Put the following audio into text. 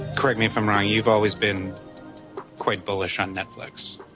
correct me if i'm wrong. you've always been quite bullish on netflix.